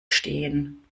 stehen